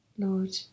Lord